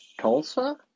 Tulsa